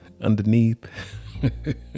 underneath